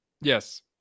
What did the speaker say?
yes